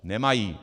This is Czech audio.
Nemají!